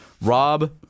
Rob